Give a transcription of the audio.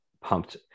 pumped